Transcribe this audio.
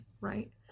right